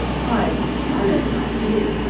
why, with manners like his,